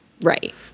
Right